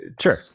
Sure